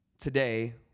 today